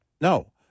no